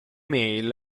mail